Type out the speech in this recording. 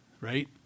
right